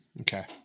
Okay